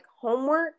homework